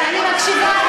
ואני מקשיבה,